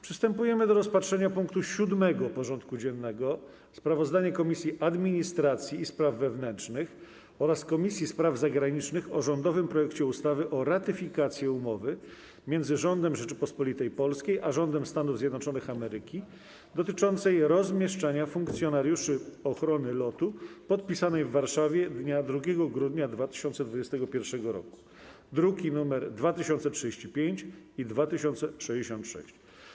Przystępujemy do rozpatrzenia punktu 7. porządku dziennego: Sprawozdanie Komisji Administracji i Spraw Wewnętrznych oraz Komisji Spraw Zagranicznych o rządowym projekcie ustawy o ratyfikacji Umowy między Rządem Rzeczypospolitej Polskiej a Rządem Stanów Zjednoczonych Ameryki dotyczącej rozmieszczenia funkcjonariuszy ochrony lotu, podpisanej w Warszawie dnia 2 grudnia 2021 r. (druki nr 2035 i 2066)